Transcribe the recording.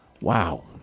Wow